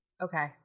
Okay